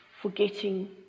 forgetting